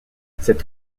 cette